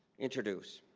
introduce.